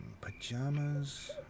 pajamas